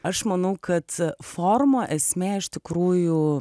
aš manau kad forumo esmė iš tikrųjų